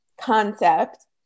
concept